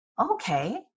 okay